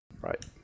right